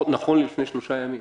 נכון ללפני שלושה ימים.